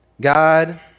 God